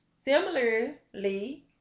Similarly